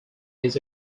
his